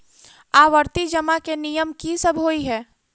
आवर्ती जमा केँ नियम की सब होइ है?